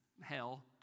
hell